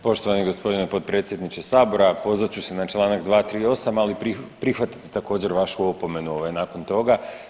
Poštovani gospodine potpredsjedniče sabora, pozvat ću se na Članak 238., ali prihvatit također vašu opomenu ovaj nakon toga.